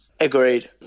Agreed